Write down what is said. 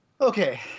Okay